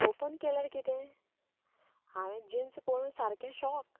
open केल्यार कितें हांवेन जिन्स पळोवन सारकें शाॅक